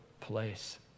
place